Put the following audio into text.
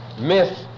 myth